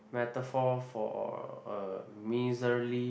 metaphor for a miserly